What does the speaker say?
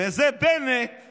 וזה, בנט עם סער.